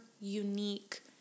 unique